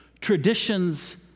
traditions